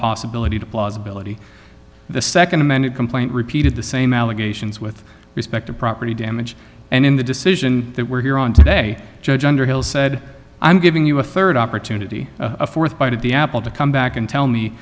possibility to plausibility the second amended complaint repeated the same allegations with respect to property damage and in the decision that we're here on today judge underhill said i'm giving you a third opportunity a fourth bite of the apple to come back and tell me